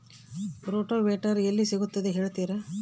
Rotavator ಎಲ್ಲಿ ಸಿಗುತ್ತದೆ ಹೇಳ್ತೇರಾ?